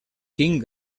quin